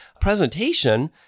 presentation